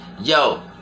yo